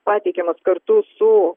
pateikiamas kartu su